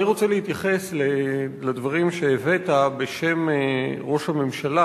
אני רוצה להתייחס לדברים שהבאת בשם ראש הממשלה